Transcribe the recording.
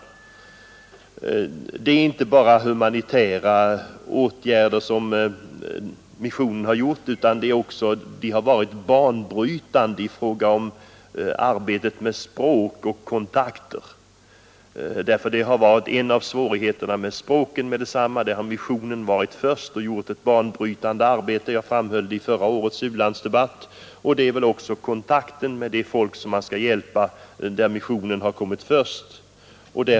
Missionen har inte bara gjort humanitära insatser, utan den har även varit banbrytande i fråga om arbete med språk och kontakter. Ett av de första problem man mött i biståndsverksamheten har varit språksvårigheterna, och där har missionen varit först och gjort ett banbrytande arbete — jag framhöll det även i förra årets u-landsdebatt. Även när det gällt att få kontakt med de folk vi skall hjälpa har missionen varit först.